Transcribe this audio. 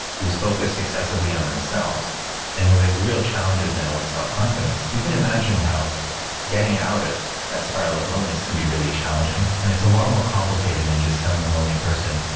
who's focused excessively on themselves and who has real challenges now with self-confidence, you can imagine how getting out of that spiral of loneliness can be really challenging. and it's a lot more complicated than just telling a lonely person,